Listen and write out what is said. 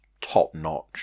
top-notch